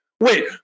wait